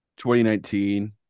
2019